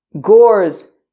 gores